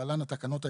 (להלן - התקנות העיקריות)